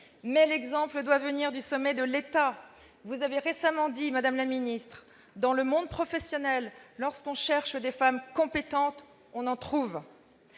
Mais l'exemple doit venir du sommet de l'État. Vous avez récemment déclaré, madame la secrétaire d'État, que, dans le monde professionnel, lorsqu'on cherche des femmes compétentes, on en trouve.